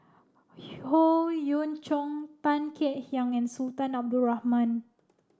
Howe Yoon Chong Tan Kek Hiang and Sultan Abdul Rahman